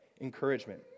encouragement